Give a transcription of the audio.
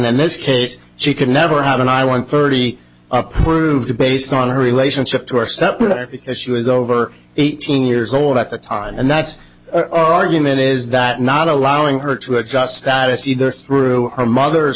then this case she can never have and i want thirty up proved based on her relationship to our separate because she was over eighteen years old at the time and that's argument is that not allowing her to adjust status either through her mother